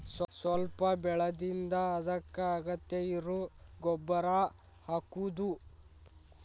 ಸ್ವಲ್ಪ ಬೆಳದಿಂದ ಅದಕ್ಕ ಅಗತ್ಯ ಇರು ಗೊಬ್ಬರಾ ಹಾಕುದು